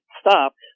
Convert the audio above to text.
stopped